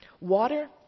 Water